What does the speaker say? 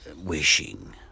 wishing